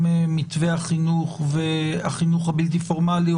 מתווה החינוך והחינוך הבלתי פורמלי,